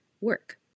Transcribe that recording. work